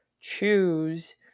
choose